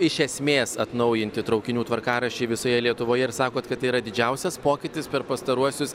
iš esmės atnaujinti traukinių tvarkaraščiai visoje lietuvoje ir sakot kad tai yra didžiausias pokytis per pastaruosius